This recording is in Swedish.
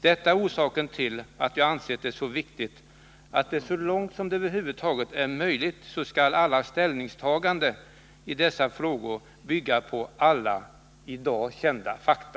Detta är orsaken till att jag anser det mycket viktigt att samtliga ställningstaganden i dessa frågor, så långt som det över huvud taget är möjligt, bygger på alla i dag kända fakta.